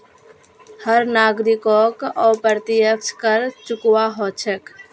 हर नागरिकोक अप्रत्यक्ष कर चुकव्वा हो छेक